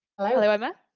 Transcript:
hello. hello, emma.